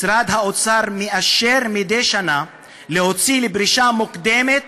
משרד האוצר מאשר מדי שנה להוציא לפרישה מוקדמת